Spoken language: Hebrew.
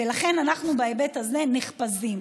ולכן אנחנו בהיבט הזה נחפזים.